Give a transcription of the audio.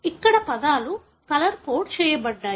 ఇక్కడ పదాలు colour code చేయబడ్డాయి